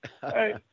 Hey